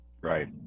Right